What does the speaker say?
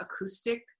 acoustic